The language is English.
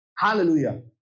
Hallelujah